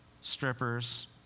strippers